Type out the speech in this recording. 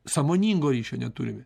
sąmoningo ryšio neturime